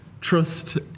trust